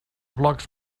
blocs